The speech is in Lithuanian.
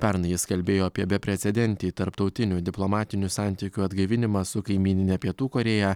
pernai jis kalbėjo apie beprecedentį tarptautinių diplomatinių santykių atgaivinimą su kaimynine pietų korėja